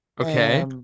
Okay